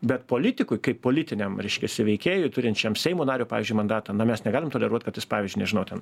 bet politikui kaip politiniam reiškiasi veikėjui turinčiam seimo nario pavyzdžiui mandatą na mes negalim toleruot kad jis pavyzdžiui nežinau ten